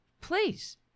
Please